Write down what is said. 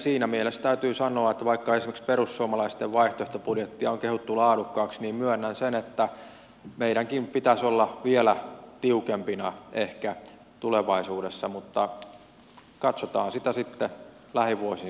siinä mielessä täytyy sanoa että vaikka esimerkiksi perussuomalaisten vaihtoehtobudjettia on kehuttu laadukkaaksi niin myönnän sen että meidänkin ehkä pitäisi olla vielä tiukempina tulevaisuudessa mutta katsotaan sitä sitten lähivuosina